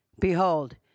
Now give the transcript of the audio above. Behold